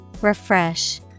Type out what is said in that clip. Refresh